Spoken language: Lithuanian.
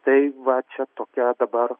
tai va čia tokia dabar